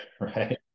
right